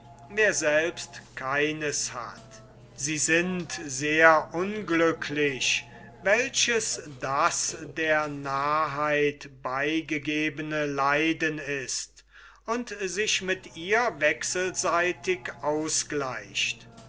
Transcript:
wer selbst keines hat sie sind sehr unglücklich welches das der narrheit beigegebene leiden ist und sich mit ihr wechselseitig ausgleicht